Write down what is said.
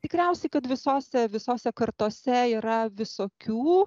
tikriausiai kad visose visose kartose yra visokių